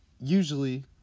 usually